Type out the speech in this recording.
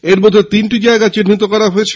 এরই মধ্যে তিনটি জায়গা চিহ্নিত করা হয়েছে